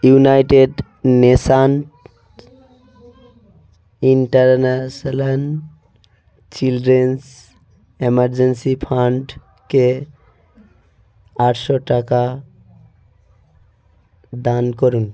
United nation international children's emergency ফান্ডকে আটশো টাকা দান করুন